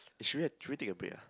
eh should we should we take a break ah